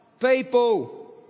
people